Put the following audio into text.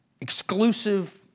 exclusive